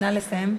נא לסיים.